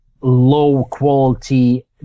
low-quality